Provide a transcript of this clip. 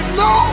no